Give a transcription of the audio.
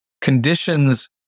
conditions